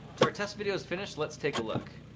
so our test video is finished, let's take a look.